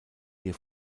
ihr